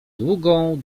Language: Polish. długą